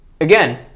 again